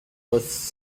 was